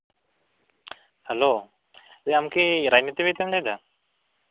hello ᱟᱢᱠᱤ ᱨᱟᱡᱱᱤᱛᱤ ᱵᱤᱫ ᱞᱟᱹᱭ ᱮᱫᱟ